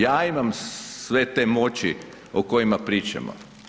Ja imam sve te moći o kojima pričamo.